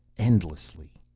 endlessly.